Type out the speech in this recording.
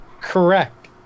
Correct